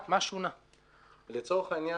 לצורך העניין,